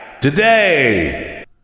today